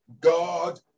God